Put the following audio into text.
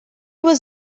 was